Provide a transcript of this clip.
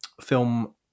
film